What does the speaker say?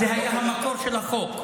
זה היה המקור של החוק.